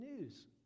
news